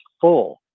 full